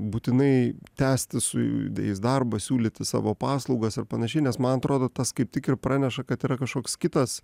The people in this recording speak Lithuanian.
būtinai tęsti su jais darbą siūlyti savo paslaugas ir panašiai nes man atrodo tas kaip tik ir praneša kad yra kažkoks kitas